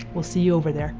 we'll see you over there.